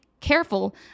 careful